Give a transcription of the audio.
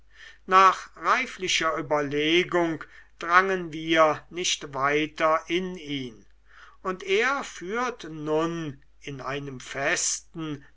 nach reiflicher überlegung drangen wir nicht weiter in ihn und er führt nun in einem festen